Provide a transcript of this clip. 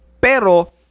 Pero